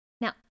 Now